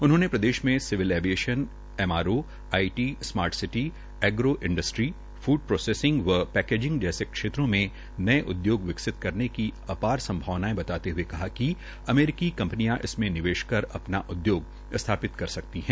उन्होंने प्रदेश में civil aviation MRO I T smart city agro industry food processing व पैकेजिंग जैसे क्षेत्रों में नए उद्योग विकसित करने की अपार संभावनाएं बताते हये कहा कि अमेरिकी कंपनियां इसमें निवेश कर अपना उद्योग स्थापित कर सकती हैं